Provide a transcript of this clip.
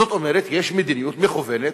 זאת אומרת, יש מדיניות מכוונת,